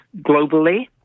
globally